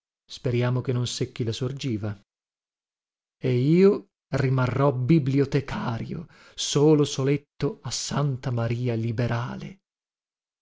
speriamo che non secchi la sorgiva e io rimarrò bibliotecario solo soletto a santa maria liberale